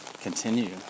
continue